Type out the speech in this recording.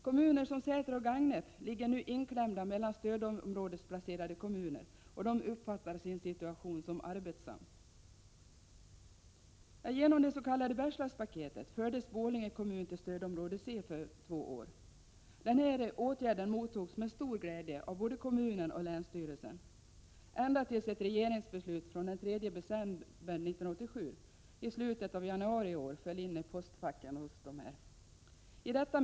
Kommuner som Säter och Gagnef ligger nu inklämda mellan stödområdesplacerade kommuner och uppfattar sin situation som arbetsam. Genom det s.k. Bergslagspaketet fördes Borlänge kommun till stödområde C för två år. Denna åtgärd mottogs med stor glädje av både kommunen och länsstyrelsen — ända tills ett regeringsbeslut från den 3 december 1987 i slutet av januari föll in i postfacken hos dessa.